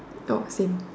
not same